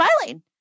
smiling